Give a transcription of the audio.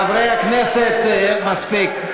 חברי הכנסת, מספיק.